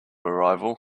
arrival